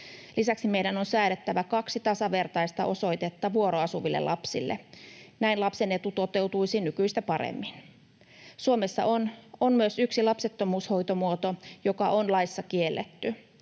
Lisäksi meidän on säädettävä kaksi tasavertaista osoitetta vuoroasuville lapsille. Näin lapsen etu toteutuisi nykyistä paremmin. Suomessa on myös yksi lapsettomuushoitomuoto, joka on laissa kielletty.